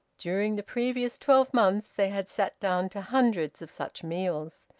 during the previous twelve months they had sat down to hundreds of such meals.